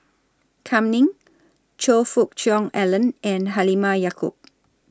Kam Ning Choe Fook Cheong Alan and Halimah Yacob